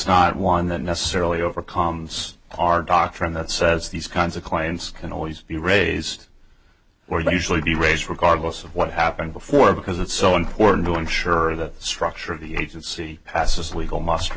not one that necessarily overcomes our doctrine that says these kinds of clients can always be raised or usually be raised regardless of what happened before because it's so important to ensure the structure of the agency passes legal m